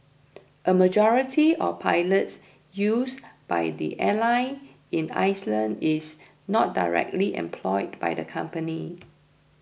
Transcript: a majority of pilots used by the airline in island is not directly employed by the company